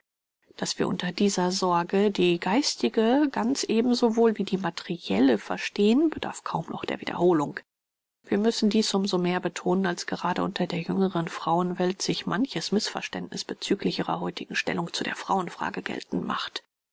daß wir unter dieser sorge die geistige ganz ebensowohl wie die materielle verstehen bedarf kaum noch der wiederholung wir müssen dies um so mehr betonen als gerade unter der jüngeren frauenwelt sich manches mißverständniß bezüglich ihrer heutigen stellung zu der frauenfrage geltend macht